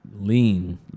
Lean